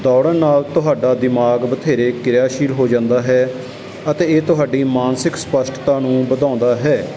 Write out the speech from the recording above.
ਦੌੜਨ ਨਾਲ ਤੁਹਾਡਾ ਦਿਮਾਗ ਬਥੇਰੇ ਕਿਰਿਆਸ਼ੀਲ ਹੋ ਜਾਂਦਾ ਹੈ ਅਤੇ ਇਹ ਤੁਹਾਡੀ ਮਾਨਸਿਕ ਸਪੱਸ਼ਟਤਾ ਨੂੰ ਵਧਾਉਂਦਾ ਹੈ